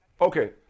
Okay